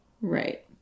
Right